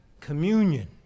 communion